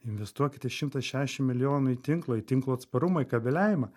investuokite šimtą šešiasdešim milijonų į tinklą į tinklo atsparumą į kabeliavimą